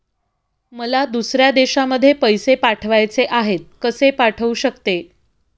मला दुसऱ्या देशामध्ये पैसे पाठवायचे आहेत कसे पाठवू शकते?